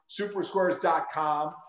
supersquares.com